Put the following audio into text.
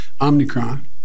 Omicron